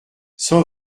cent